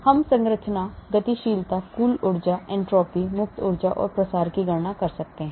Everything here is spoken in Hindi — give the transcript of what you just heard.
इसलिए हम संरचना गतिशीलता कुल ऊर्जा एन्ट्रापी मुक्त ऊर्जा और प्रसार की गणना कर सकते हैं